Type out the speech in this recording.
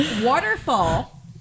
Waterfall